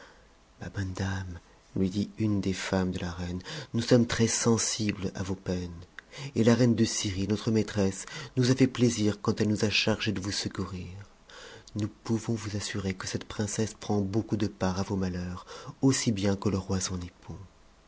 ma bonne dame lui dit une des femmes de la reine nous sommes très sensibles à vos peines et la reine de syrie notre maitresse nous a fait plaisir quand elle nous a chargées de vous secourir nous pouvons vous assurer que cette princesse prend beaucoup de part à vos malhetim aussi bien que le roi son époux